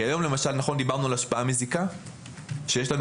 היום למשל דיברנו על השפעה מזיקה שיש לנו